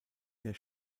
der